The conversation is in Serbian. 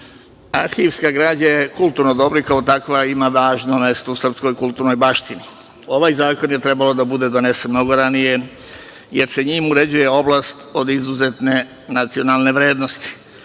arhivska građa je kulturno dobro i kao takva ima važno mesto u srpskoj kulturnoj baštini. Ovaj zakon je trebalo da bude donesen mnogo ranije, jer se njime uređuje oblast od izuzetne nacionalne vrednosti. Ovde